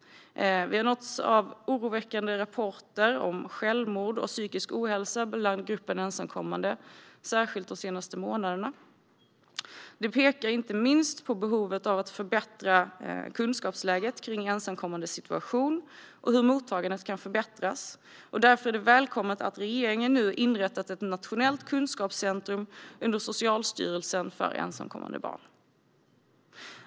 Vi har nåtts av oroväckande rapporter om självmord och psykisk ohälsa bland gruppen ensamkommande, särskilt de senaste månaderna. Det pekar inte minst på behovet av att förbättra kunskapsläget om ensamkommandes situation och hur mottagandet kan förbättras. Därför är det välkommet att regeringen nu har inrättat ett nationellt kunskapscentrum för ensamkommande barn under Socialstyrelsen.